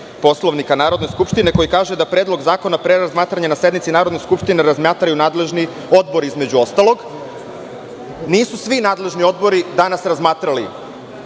Poslovnika Narodne skupštine, koji kaže da Predlog zakona pre razmatranja na sednici Narodne skupštine razmatraju nadležni odbori. Između ostalog nisu svi nadležni odbori danas razmatrali